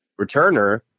returner